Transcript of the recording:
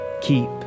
keep